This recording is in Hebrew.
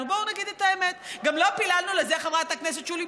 התחילו, חברת הכנסת רפאלי, תודה רבה.